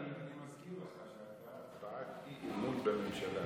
אני מזכיר לך שהייתה הצבעת אי-אמון בממשלה.